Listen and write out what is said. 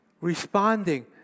Responding